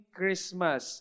Christmas